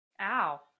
Ow